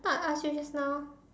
I thought I asked you just now